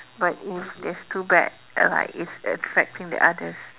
but if there's too bad like it's affecting the others